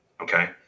okay